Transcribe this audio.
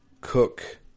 Cook